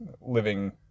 living